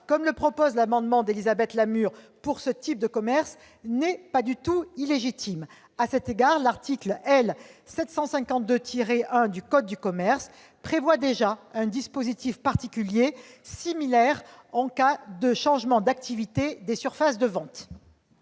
comme il est proposé dans l'amendement d'Élisabeth Lamure, pour ce type de commerce n'est pas illégitime. L'article L. 752-1 du code de commerce prévoit un dispositif particulier similaire en cas de changements d'activités des surfaces de ventes.